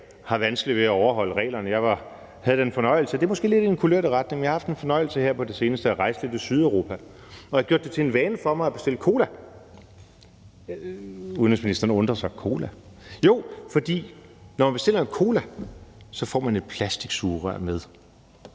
har vanskeligt ved at overholde reglerne. Jeg har haft den fornøjelse her på det seneste – det er måske lidt i den kulørte retning – at rejse lidt i Sydeuropa, og jeg har gjort det til en vane for mig at bestille cola. Udenrigsministeren undrer sig – cola? Jo, for når man bestiller en cola, får man et plastiksugerør med.